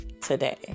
today